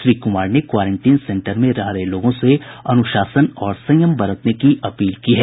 श्री क्मार ने quarantine centre में रह रहे लोगों से अनुशासन और संयम बरतने की अपील की है